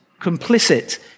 complicit